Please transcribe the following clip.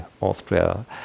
Austria